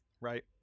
right